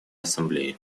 ассамблее